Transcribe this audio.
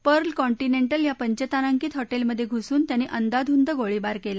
Perl Continental या पचताराकित हॉटेलमधे घुसून त्यांनी अंदाधुंद गोळीबार केला